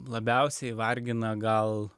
labiausiai vargina gal